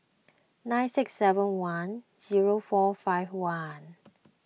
nine six seven one zero four five one